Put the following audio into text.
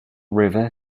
river